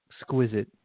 exquisite